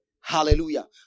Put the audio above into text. Hallelujah